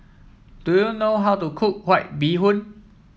do you know how to cook White Bee Hoon